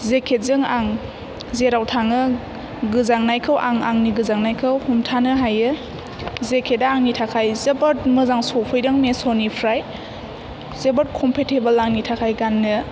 जेकेटजों आं जेराव थाङो गोजांनायखौ आं आंनि गोजांनायखौ हमथानो हायो जेकेदा आंनि थाखाय जोबोद मोजां सफैदों मिस'निफ्राय जोबोद खमफेथेबेल आंनि थाखाय गाननो